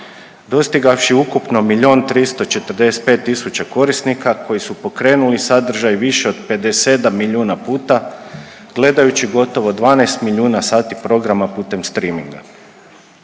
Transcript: dostigavši ukupno 1 345 000 korisnika koji su pokrenuli sadržaj više od 57 milijuna puta, gledajući gotovo 12 milijuna sati programa putem streaminga.